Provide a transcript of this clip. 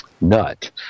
nut